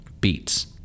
beats